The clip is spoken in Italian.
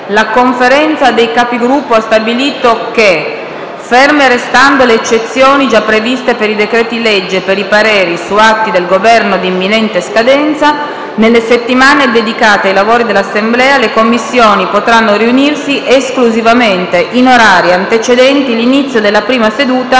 la Conferenza dei Capigruppo ha stabilito che, ferme restando le eccezioni già previste per i decreti-legge e per i pareri su atti del Governo di imminente scadenza, nelle settimane dedicate ai lavori dell'Assemblea le Commissioni potranno riunirsi esclusivamente in orari antecedenti l'inizio della prima seduta